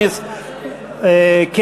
סתום את הפה.